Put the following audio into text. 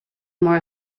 more